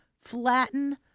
Flatten